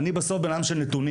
אני, בסוף, בן אדם של נתונים.